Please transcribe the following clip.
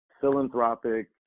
philanthropic